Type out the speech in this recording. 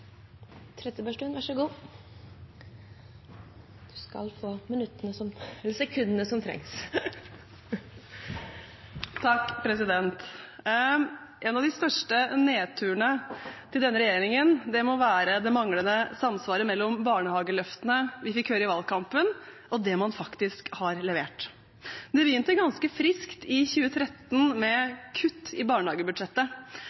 En av de største nedturene for denne regjeringen må være det manglende samsvaret mellom barnehageløftene vi fikk høre i valgkampen, og det man faktisk har levert. Det begynte ganske friskt i 2013